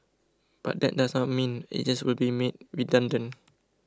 but that does not mean agents will be made redundant